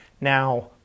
Now